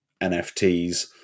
NFTs